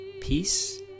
Peace